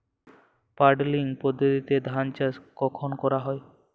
Puddling পদ্ধতিতে ধান চাষ কখন করা হয়?